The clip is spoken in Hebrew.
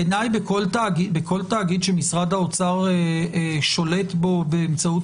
בעיניי בכל תאגיד שמשרד האוצר שולט בו באמצעות